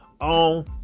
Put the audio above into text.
on